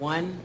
One